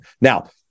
Now